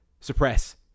suppress